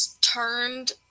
turned